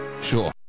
Sure